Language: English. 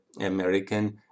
American